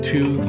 Two